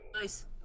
Nice